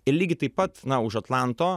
ir lygiai taip pat na už atlanto